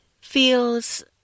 feels